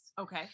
Okay